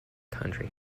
country